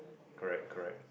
correct correct